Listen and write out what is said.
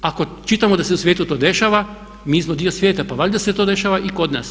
Ako čitamo da se u svijetu to dešava, mi smo dio svijeta, pa valjda se to dešava i kod nas.